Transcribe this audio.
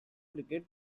cricket